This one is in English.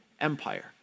Empire